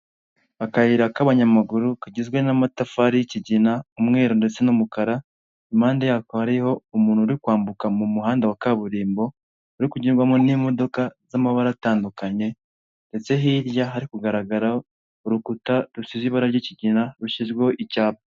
Akayira k'abanyamaguru kagizwe n'amatafari y'ikigina, umweru, ndetse n'umukara, impande yako ariho umuntu uri kwambuka mu muhanda wa kaburimbo, uri kugendwamo n'imodoka z'amabara atandukanye, ndetse hirya hari kugaragaraho urukuta rusize ibara ry'ikigina, rushyizweho icyapa.